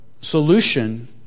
solution